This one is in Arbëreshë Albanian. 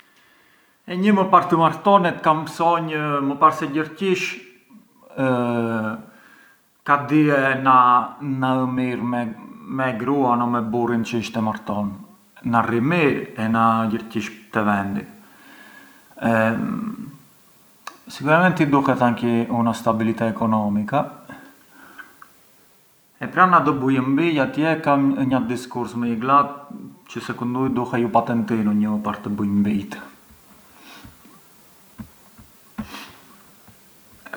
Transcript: E një më parë të martonet ka mësonj më parë se gjërgjish, ka die na ë mirë me gruan o me burrin çë isht e marton na rri mirë e na ë gjërgjish te vendi, sicuramenti i duhet midhe una stabilità economica e pran na do bujën bijë atjë pran ë një diskurs më i glat çë secundu mua i duhej patentini një më parë të bujë bijët.